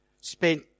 Spent